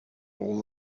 all